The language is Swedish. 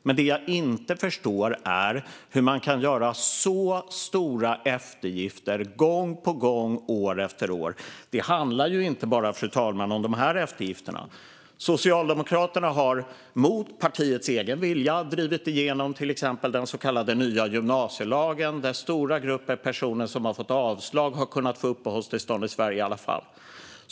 Men det jag inte förstår är hur man kan göra så stora eftergifter gång på gång och år efter år. Fru talman! Det handlar inte bara om de här eftergifterna. Socialdemokraterna har mot partiets egen vilja drivit igenom till exempel den så kallade nya gymnasielagen. Där har stora grupper personer som har fått avslag ändå kunnat få uppehållstillstånd i Sverige.